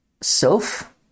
self